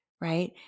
right